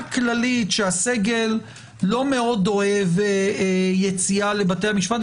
כללית שהסגל לא מאוד אוהב יציאה לבתי המשפט.